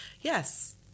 Yes